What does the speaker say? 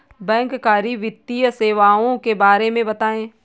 बैंककारी वित्तीय सेवाओं के बारे में बताएँ?